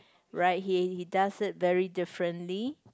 right he he does it very differently